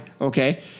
Okay